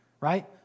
right